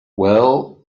well